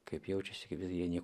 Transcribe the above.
kaip jaučiasi kaip jie nieko